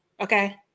Okay